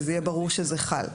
שזה יהיה ברור שזה חל.